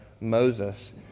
Moses